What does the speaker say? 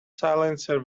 silencer